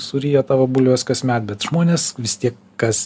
suryja tavo bulves kasmet bet žmonės vis tiek kas